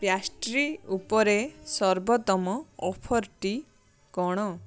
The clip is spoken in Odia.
ପ୍ୟାଷ୍ଟ୍ରି ଉପରେ ସର୍ବୋତ୍ତମ ଅଫର୍ଟି କ'ଣ